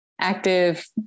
active